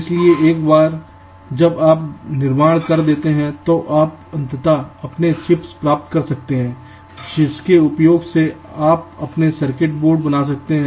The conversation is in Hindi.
इसलिए एक बार जब आप निर्माण कर लेते हैं तो आप अंततः अपने चिप्स प्राप्त कर सकते हैं जिसके उपयोग से आप अपने सर्किट बोर्ड बना सकते हैं